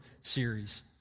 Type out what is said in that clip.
series